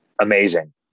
amazing